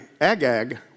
Agag